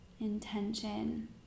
intention